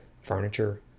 furniture